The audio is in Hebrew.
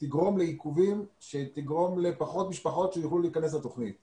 תגרום לעיכובים שיגרמו לפחות משפחות שיוכלו להיכנס לתוכנית הזאת.